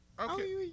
Okay